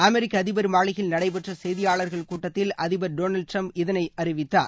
அதிபர் மாளிகையில் நடைபெற்ற செய்தியாளர்கள் கூட்டத்தில் அதிபர் டொனால்டு டிரம்ப் இதனை அறிவித்தார்